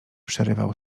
przerywał